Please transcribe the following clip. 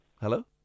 Hello